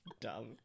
dumb